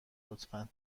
لطفا